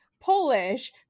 Polish